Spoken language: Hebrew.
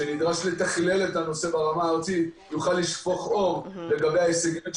שנדרש לתכלל את הנושא ברמה הארצית יוכל לשפוך אור לגבי ההישגים.